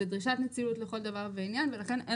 זו דרישת נצילות לכל דבר ועניין ולכן,